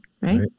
Right